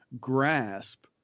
grasp